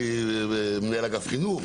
מנהל אגף חינוך,